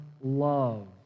love